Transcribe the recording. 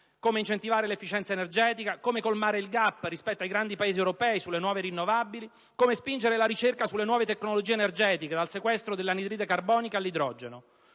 come incentivare l'efficienza energetica, come colmare il *gap* rispetto ai grandi Paesi europei sulle nuove rinnovabili, come spingere la ricerca sulle nuove tecnologie energetiche, dal sequestro dell'anidride carbonica all'idrogeno.